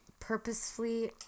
purposefully